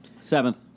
Seventh